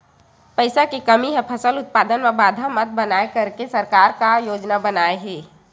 पईसा के कमी हा फसल उत्पादन मा बाधा मत बनाए करके सरकार का योजना बनाए हे?